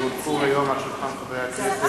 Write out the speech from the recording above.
כי הונחו היום על שולחן הכנסת,